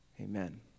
Amen